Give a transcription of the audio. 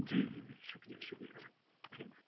جی جی شکریہ شکریہ سر ٹھیک